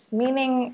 meaning